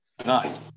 nice